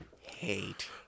hate